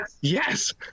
yes